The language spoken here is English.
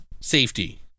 Safety